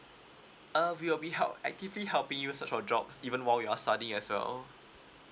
err we will be help actively helping you search for jobs even while you're studying as well